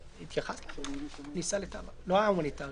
תחילה תחילתן של תקנות אלה ביום "כ"ג באדר התשפ"א